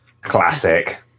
Classic